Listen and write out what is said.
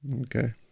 Okay